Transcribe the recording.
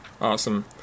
Awesome